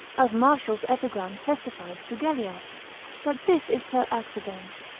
as martial's epigram testifies to gellia but this is per accidens,